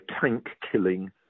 tank-killing